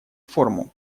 формул